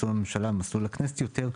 מסלול הממשלה מסלול הכנסת יותר,